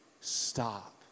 Stop